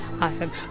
Awesome